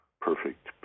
perfect